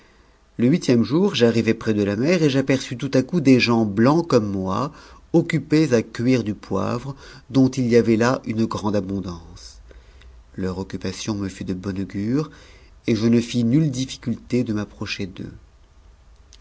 le huitième jour j'arrivai près de la mer et j'aperçus tout à coup des gens blancs comme moi occupés à cueillir du poivre dont il y avait une grande abondance leur occupation me fut d'un bon augure ctjp ne fis nulle difficulté de m'approcher d'eux